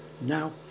Now